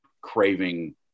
craving